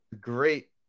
Great